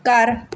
ਘਰ